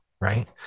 right